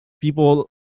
people